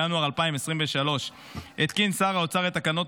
בינואר 2023 התקין שר האוצר את התקנות